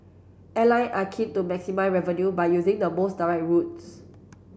airline are keen to maximise revenue by using the most direct routes